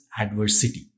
adversity